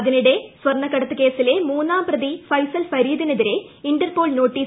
അതിനിടെ സ്വർണക്കടത്തുകേസിലെ മൂന്നാംപ്രതി ഫൈസൽ ഫരീദിനെതിരെ ഇന്റർപോൾ നോട്ടീസ്